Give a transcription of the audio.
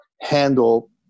handle